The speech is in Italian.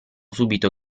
subito